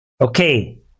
Okay